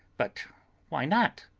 but why not?